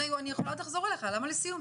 למה לסיום?